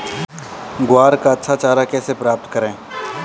ग्वार का अच्छा चारा कैसे प्राप्त करें?